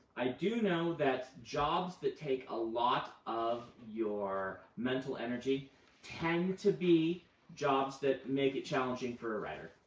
i do know that jobs that take a lot of your mental energy tend to be jobs that make it challenging for a writer,